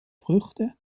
früchte